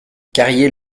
carrier